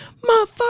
motherfucker